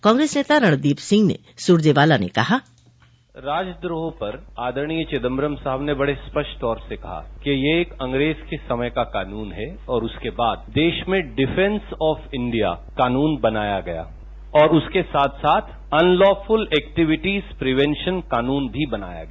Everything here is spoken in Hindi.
कांग्रेस नेता रणदीप सिंह सुरजेवाला ने कहा राजद्रोह पर आदरणीय चिदम्बरम साहब ने बड़े स्पष्ट तौर से कहा कि ये एक अंग्रेज के समय का कानून है और उसके बाद देश में डिफेन्स ऑफ इंडिया कानून बनाया गया और उसके साथ साथ unlawful activities prevention कानून भी बनाया गया